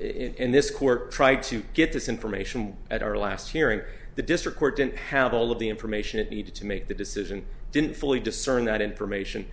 in this court try to get this information at our last hearing the district court didn't have all of the information it needed to make the decision didn't fully discern that information